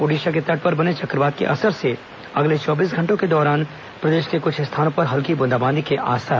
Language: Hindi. ओड़िशा के तट पर बने चक्रवात के असर से अगले चौबीस घंटों के दौरान प्रदेश के कृछ स्थानों पर हल्की बूंदाबांदी के आसार